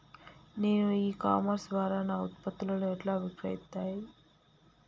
నేను e commerce ద్వారా నా ఉత్పత్తులను ఎట్లా విక్రయిత్తను?